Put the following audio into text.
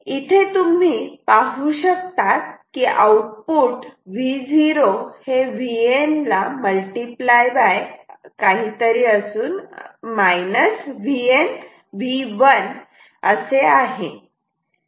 इथे तुम्ही पाहू शकतात की आउटपुट Vo हे Vn मल्टिप्लाय बाय काहीतरी मायनस V1